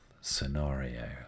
scenario